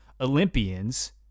Olympians